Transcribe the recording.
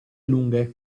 lunghe